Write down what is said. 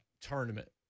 tournament